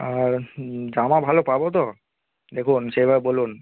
আর জামা ভালো পাব তো দেখুন সেভাবে বলুন